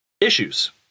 issues